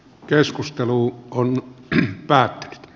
keskusteluun kongo brach b